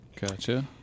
Gotcha